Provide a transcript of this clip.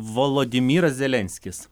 volodimiras zelenskis